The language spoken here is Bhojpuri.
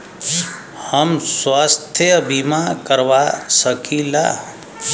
हम स्वास्थ्य बीमा करवा सकी ला?